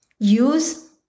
Use